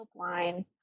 helpline